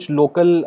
local